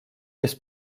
jest